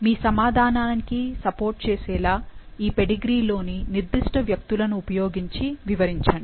మీ సమాధానానికి సపోర్ట్ చేసేలా ఈ పెడిగ్రీ లోని నిర్దిష్ట వ్యక్తులను ఉపయోగించి వివరించండి